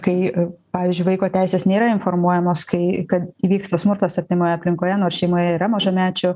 kai pavyzdžiui vaiko teisės nėra informuojamos kai kad įvyksta smurtas artimoje aplinkoje nors šeimoje yra mažamečių